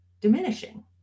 diminishing